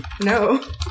No